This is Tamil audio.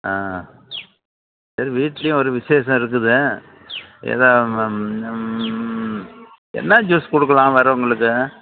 ஆ சரி வீட்டிலையும் ஒரு விசேஷம் இருக்குது இது என்ன ஜூஸ் கொடுக்கலாம் வர்றவங்களுக்கு